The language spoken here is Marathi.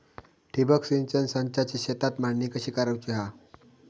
ठिबक सिंचन संचाची शेतात मांडणी कशी करुची हा?